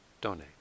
donate